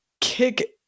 kick